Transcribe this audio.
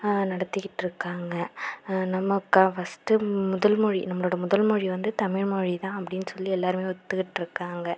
நடத்திக்கிட்டு இருக்காங்க நம்ம க ஃபர்ஸ்ட்டு முதல் மொழி நம்மளோட முதல் மொழி வந்து தமிழ் மொழி தான் அப்படினு சொல்லி எல்லாருமே ஒத்துக்கிட்யிருக்காங்க